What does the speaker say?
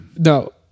No